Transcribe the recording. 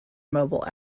mobile